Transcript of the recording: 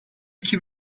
iki